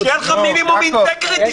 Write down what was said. שיהיה לך מינימום אינטגריטי,